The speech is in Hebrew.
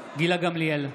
בעד גילה גמליאל,